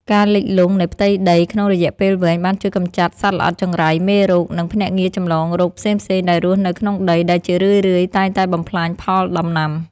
ការលិចលង់នៃផ្ទៃដីក្នុងរយៈពេលវែង បានជួយកម្ចាត់សត្វល្អិតចង្រៃ មេរោគ និងភ្នាក់ងារចម្លងរោគផ្សេងៗដែលរស់នៅក្នុងដី ដែលជារឿយៗតែងតែបំផ្លាញផលដំណាំ។